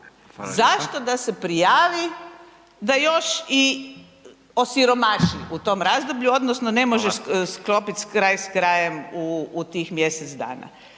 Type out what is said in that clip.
zašto da se prijavi da još i osiromaši u tom razdoblju odnosno ne može .../Upadica: Hvala./... sklopiti kraj s krajem u tih mjesec dana.